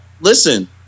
Listen